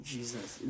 Jesus